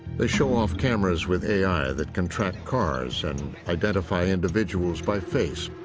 they show off cameras with a i. that can track cars, and identify individuals by face,